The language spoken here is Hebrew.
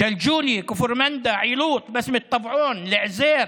ג'לג'וליה, כפר מנדא, עילוט, בסמת טבעון, עוזייר,